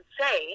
say